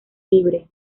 libre